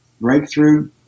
breakthrough